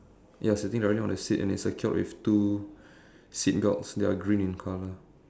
ya sitting directly on the seat and it's secured with two seat belts that are green in colour